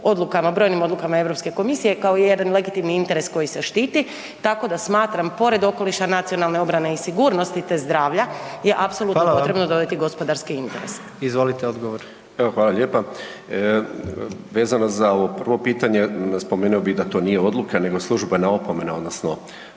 brojnim odlukama Europske komisije kao i jedan legitimni interes koji se štiti, tako da smatram pored okoliša, nacionalne obrane i sigurnosti te zdravlja je apsolutno potrebno dodati …/Upadica: Hvala vam./… gospodarski interes. **Jandroković, Gordan (HDZ)** Izvolite odgovor. **Zrinušić, Zdravko** Vezano za ovo prvo pitanje spomenuo bi da to nije odluka nego službena opomena odnosno